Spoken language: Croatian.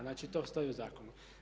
Znači, to stoji u zakonu.